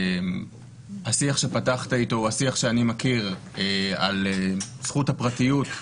השיח שפתחת איתו הוא השיח שאני מכיר על זכות הפרטיות,